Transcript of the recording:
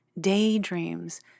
daydreams